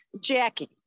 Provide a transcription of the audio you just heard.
Jackie